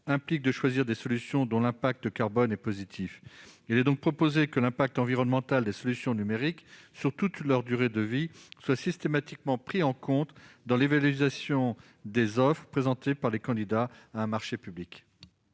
implique de choisir des solutions dont l'impact carbone est positif. Il est donc proposé que l'impact environnemental des solutions numériques pour toute leur durée de vie soit systématiquement pris en compte dans l'évaluation des offres présentées par les candidats à un marché public.